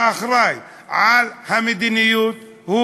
האחראי למדיניות,